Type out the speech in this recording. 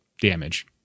damage